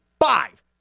Five